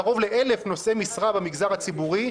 קרוב ל-1,000 נושאי משרה במגזר הציבורי,